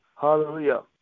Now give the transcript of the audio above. Hallelujah